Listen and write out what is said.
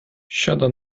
siada